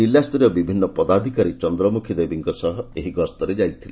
ଜିଲ୍ଲାସରୀୟ ବିଭିନ୍ନ ପଦାଧିକାରୀ ଚନ୍ଦ୍ରମୁଖୀ ଦେବୀଙ୍କ ସହ ଏହି ଗସ୍ତରେ ଯାଇଥିଲେ